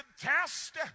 test